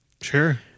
Sure